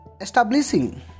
establishing